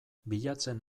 bilatzen